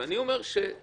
ואני אומר: לא,